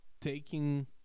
taking